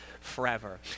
forever